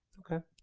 okay.